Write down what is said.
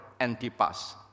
Antipas